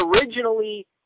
originally